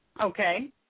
Okay